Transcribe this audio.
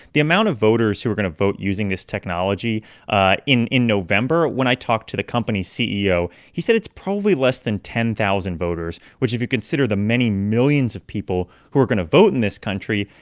the amount of voters who are going to vote using this technology ah in in november when i talked to the company's ceo, he said it's probably less than ten thousand voters, which, if you consider the many millions of people who are going to vote in this country,